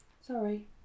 Sorry